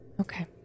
Okay